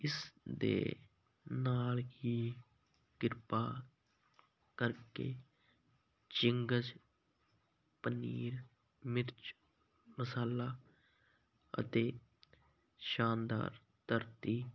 ਇਸ ਦੇ ਨਾਲ ਹੀ ਕ੍ਰਿਪਾ ਕਰਕੇ ਚਿੰਗਜ਼ ਪਨੀਰ ਮਿਰਚ ਮਸਾਲਾ ਅਤੇ ਸ਼ਾਨਦਾਰ ਧਰਤੀ